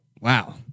wow